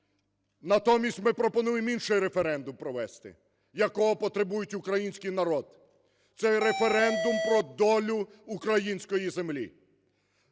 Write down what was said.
натомість ми пропонуємо інший референдум провести, якого потребує український народ, – це референдум про долю української землі.